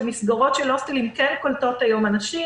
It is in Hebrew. מסגרות של הוסטלים כן קולטות היום אנשים